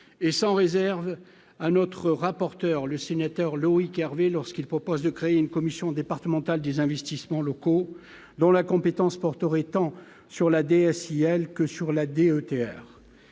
et sans réserve à notre rapporteur, le sénateur Loïc Hervé lorsqu'il propose de créer une commission départementale des investissements locaux dont la compétence porteur étant sur la DSI elle que sur la DOTS,